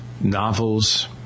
novels